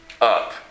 up